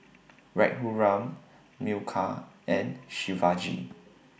Raghuram Milkha and Shivaji